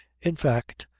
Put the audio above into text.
in fact,